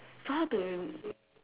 so how do you